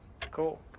Cool